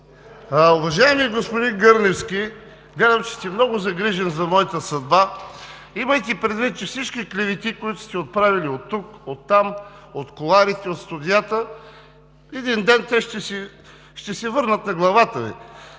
Уважаеми господин Гърневски, гледам, че сте много загрижен за моята съдба. Имайте предвид, че всички клевети, които сте отправили оттук, оттам, от кулоарите, от студията един ден ще се върнат на главата Ви.